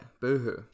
Boohoo